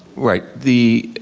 right, the